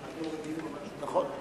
(תיקון,